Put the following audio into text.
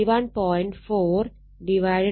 4 R എന്നത് 5 ആണ്